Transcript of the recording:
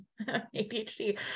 ADHD